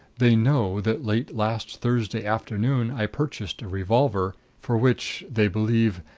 they know that late last thursday afternoon i purchased a revolver, for which, they believe,